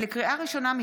לקריאה ראשונה,